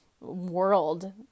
world